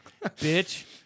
bitch